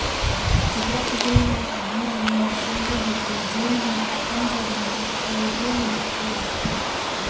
कुकरा कुकरी ह आने आने नसल के होथे जेन ह अपन जघा म अलगे महत्ता राखथे